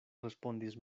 respondis